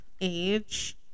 age